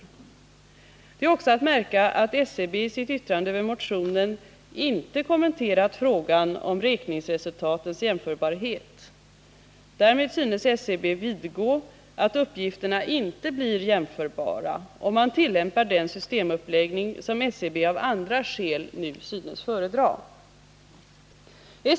Det är också att märka att — 1980 års folkoch SCB i sitt yttrande över motionen inte kommenterat frågan om räkningsre — bostadsräkning sultatens jämförbarhet. Därmed synes SCB vidgå att uppgifterna inte blir mm.m. jämförbara, om man tillämpar den systemuppläggning som SCB av andra skäl nu synes föredra.